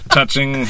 Touching